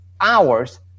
hours